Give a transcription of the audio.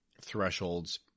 thresholds